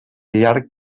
llarg